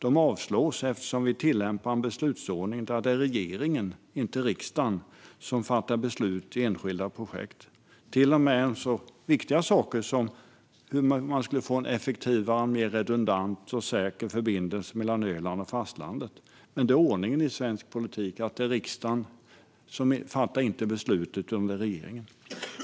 De avslås eftersom vi tillämpar en beslutsordning där det är regeringen, inte riksdagen, som fattar beslut i enskilda projekt - till och med om så viktiga saker som hur man skulle få en effektivare, mer redundant och säker förbindelse mellan Öland och fastlandet. Men det är ordningen i svensk politik att det är regeringen och inte riksdagen som fattar det beslutet.